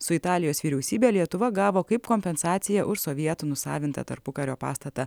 su italijos vyriausybe lietuva gavo kaip kompensaciją už sovietų nusavintą tarpukario pastatą